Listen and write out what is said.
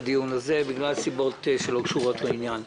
אני פותח את הישיבה בנושא סיוע לענף הטקסטיל והמתפרות בארץ.